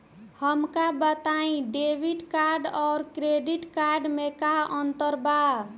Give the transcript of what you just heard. हमका बताई debit card और क्रेडिट कार्ड में का अंतर बा?